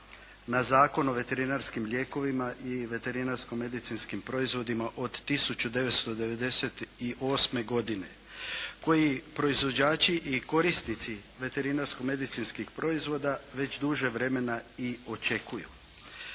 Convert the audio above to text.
na Zakon o veterinarskim lijekovima i veterinarsko-medicinskim proizvodima od 1998. godine, koji proizvođači korisnici veterinarsko-medicinskih proizvoda već duže vremena i očekuju.